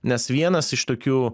nes vienas iš tokių